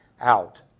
out